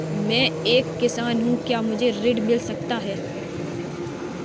मैं एक किसान हूँ क्या मुझे ऋण मिल सकता है?